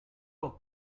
are